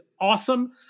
awesome